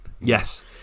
yes